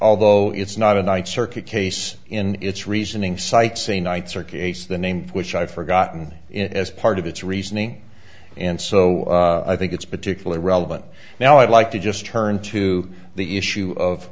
although it's not a night circuit case in its reasoning cites a nights or case the name which i've forgotten in as part of its reasoning and so i think it's particularly relevant now i'd like to just turn to the issue of